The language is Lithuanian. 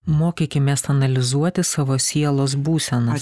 mokykimės analizuoti savo sielos būsenas